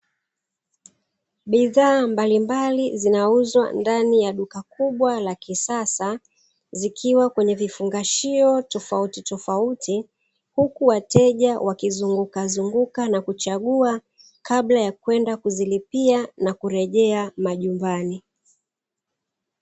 Bidhaa mbalimbali zinauzwa ndani ya duka kubwa la kisasa zikiwa kwenye vifungashio tofauti tofauti, huku wateja wakizunguka zunguka na kuchagua kabla ya kwenda kuzilipia na kurejea majumbani.